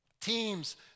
Teams